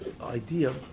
idea